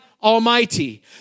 Almighty